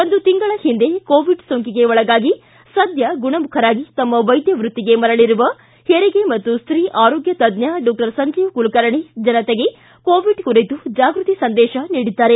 ಒಂದು ತಿಂಗಳ ಹಿಂದೆ ಕೋವಿಡ್ ಸೋಂಕಿಗೆ ಒಳಗಾಗಿ ಸದ್ಯ ಗುಣಮುಖರಾಗಿ ತಮ್ಮ ವೈದ್ಯ ವ್ಯಕ್ತಿಗೆ ಮರಳಿರುವ ಹೆರಿಗೆ ಮತ್ತು ಸ್ತೀ ಆರೋಗ್ಗ ತಜ್ಞ ಡಾಕ್ಷರ್ ಸಂಜೀವ್ ಕುಲಕುರ್ಣೆ ಜನತೆಗೆ ಕೋವಿಡ್ ಕುರಿತು ಜಾಗ್ಗತಿ ಸಂದೇಶ ನೀಡಿದ್ದಾರೆ